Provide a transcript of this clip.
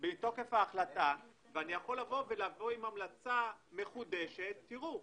ואני יכול לבוא עם המלצה מחודשת: תראו,